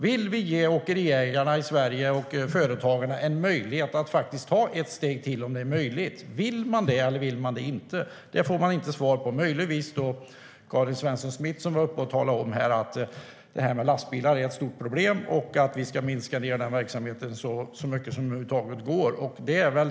Vill vi ge åkeriägarna och företagarna i Sverige en möjlighet att ta ett steg till, om det är möjligt? Vill man det, eller vill man det inte? Det får vi inte några svar på. Jo, möjligtvis från Karin Svensson Smith, som sa att lastbilar är ett stort problem och att vi ska minska den verksamheten så mycket som det över huvud taget går.